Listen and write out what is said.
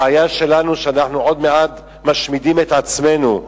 הבעיה שלנו שאנחנו עוד מעט משמידים את עצמנו,